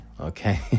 okay